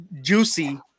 Juicy